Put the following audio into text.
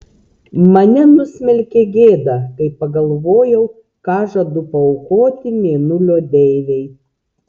mane nusmelkė gėda kai pagalvojau ką žadu paaukoti mėnulio deivei